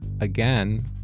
again